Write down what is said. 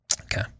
Okay